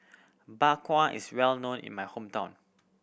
Bak Kwa is well known in my hometown